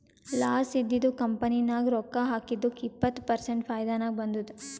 loss ಇದ್ದಿದು company ನಾಗ್ ರೊಕ್ಕಾ ಹಾಕಿದ್ದುಕ್ ಇಪ್ಪತ್ ಪರ್ಸೆಂಟ್ ಫೈದಾ ನಾಗ್ ಬಂದುದ್